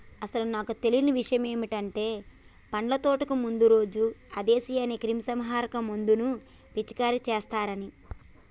అసలు నాకు తెలియని ఇషయమంటే పండ్ల తోటకు మందు రోజు అందేస్ అనే క్రిమీసంహారక మందును పిచికారీ చేస్తారని